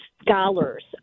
scholars